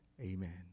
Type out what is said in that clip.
Amen